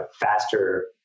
faster